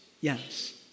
Yes